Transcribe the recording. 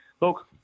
look